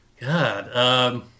god